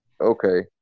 okay